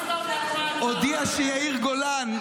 אז סגן יושב-ראש הכנסת ניסים ואטורי הודיע שיאיר גולן,